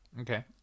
Okay